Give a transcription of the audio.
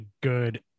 good